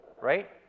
right